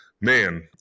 man